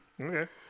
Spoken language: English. Okay